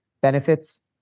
benefits